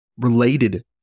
related